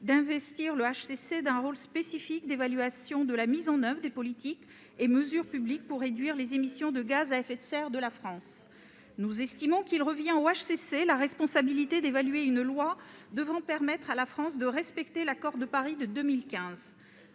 d'investir le HCC d'un rôle spécifique d'évaluation de la mise en oeuvre des politiques et mesures publiques pour réduire les émissions de gaz à effet de serre de la France. Nous estimons qu'il revient au HCC la responsabilité d'évaluer une loi devant permettre à la France de respecter l'accord de Paris de 2015.